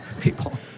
people